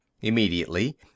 Immediately